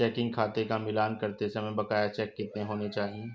Checking खाते का मिलान करते समय बकाया चेक कितने होने चाहिए?